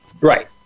right